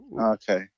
Okay